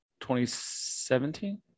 2017